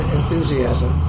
enthusiasm